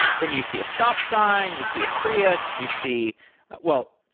then you see a stop sign, you see a prius, you see well,